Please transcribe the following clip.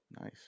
Nice